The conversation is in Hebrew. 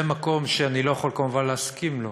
זה מקום שאני לא יכול כמובן להסכים לו.